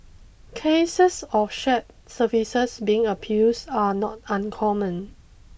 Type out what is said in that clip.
cases of shared services being abused are not uncommon